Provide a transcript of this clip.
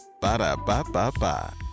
Ba-da-ba-ba-ba